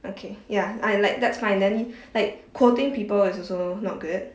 okay ya I like that's fine then like quoting people is also not good